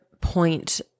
point